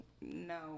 no